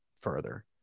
further